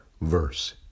verse